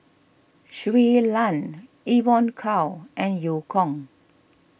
Shui Lan Evon Kow and Eu Kong